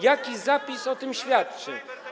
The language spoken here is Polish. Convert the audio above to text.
Jaki zapis o tym świadczy?